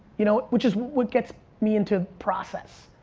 you know which is what gets me into process.